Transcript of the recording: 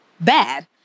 bad